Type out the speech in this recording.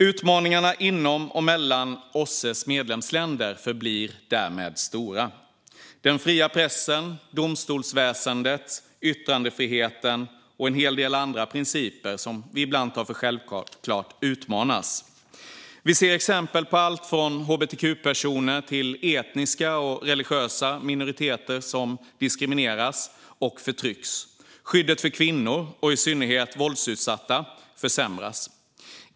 Utmaningarna inom och mellan OSSE:s medlemsländer förblir därmed stora. Den fria pressen, domstolsväsendet, yttrandefriheten och en hel del andra principer som vi ibland ser som självklara utmanas. Vi ser exempel på allt från hbtq-personer till etniska och religiösa minoriteter som diskrimineras och förtrycks. Skyddet för kvinnor, och i synnerhet våldsutsatta kvinnor, försämras.